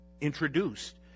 introduced